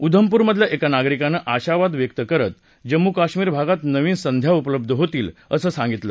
उधमपूरमधल्या एका नागरिकानं आशावाद व्यक्त करत जम्मू कश्मीर भागात नवीन संधी उपलब्ध होतील असं सांगितलं